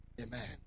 Amen